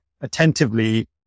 attentively